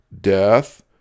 Death